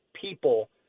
people